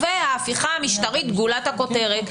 וההפיכה המשטרית גולת הכותרת.